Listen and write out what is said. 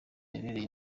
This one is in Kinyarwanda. yabereye